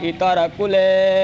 Itarakule